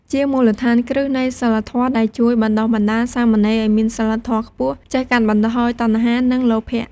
ជាមូលដ្ឋានគ្រឹះនៃសីលធម៌ ដែលជួយបណ្ដុះបណ្ដាលសាមណេរឱ្យមានសីលធម៌ខ្ពស់ ចេះកាត់បន្ថយតណ្ហា និងលោភៈ។